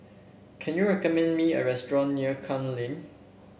can you recommend me a restaurant near Klang Lane